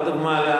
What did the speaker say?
לא דוגמה,